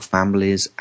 families